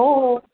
हो हो